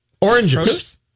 Oranges